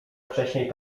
wcześniej